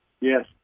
Yes